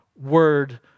word